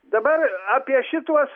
dabar apie šituos